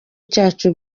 cyacu